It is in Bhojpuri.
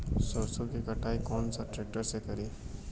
सरसों के कटाई कौन सा ट्रैक्टर से करी?